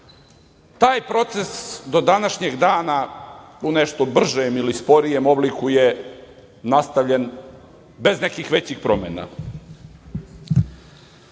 Taj proces do današnjeg dana, u nešto bržem ili sporijem obliku, je nastavljen bez nekih većih promena. Slučajno